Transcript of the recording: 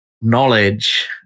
knowledge